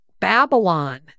Babylon